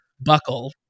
buckle